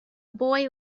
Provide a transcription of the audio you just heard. boy